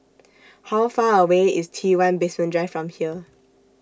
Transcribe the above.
How Far away IS T one Basement Drive from here